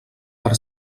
per